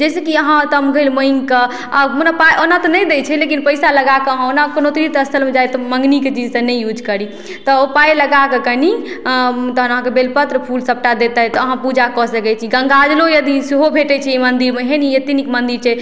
जाहि सऽ कि अहाँ तमघैल मागि कऽ ओना पाइ ओना तऽ नहि दै छै लेकिन पैसा लगाके ओना कोनो तीर्थ स्थल पर जाइ तऽ मङ्गनीके चीज तऽ नहि यूज करी तऽ ओ पाइ लगाके कनि तहन अहाँके बेलपत्र फूल सबटा देतैथि अहाँ पूजा कऽ सकैत छी गंगाजलो यदि सेहो भेटै छै एहि मन्दिरमे एहन ई अतेक नीक मन्दिर छै